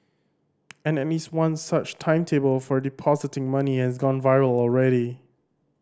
and at least one such timetable for depositing money has gone viral already